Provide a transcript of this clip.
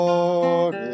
Lord